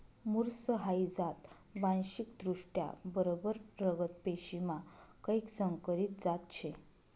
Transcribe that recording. मुर्स हाई जात वांशिकदृष्ट्या बरबर रगत पेशीमा कैक संकरीत जात शे